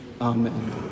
Amen